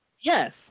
Yes